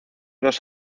dos